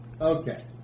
Okay